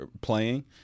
playing –